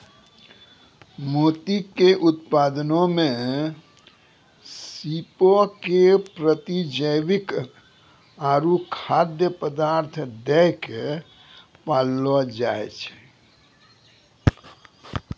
मोती के उत्पादनो मे सीपो के प्रतिजैविक आरु खाद्य पदार्थ दै के पाललो जाय छै